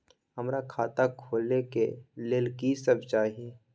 हमरा खाता खोले के लेल की सब चाही?